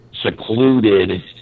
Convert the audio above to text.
secluded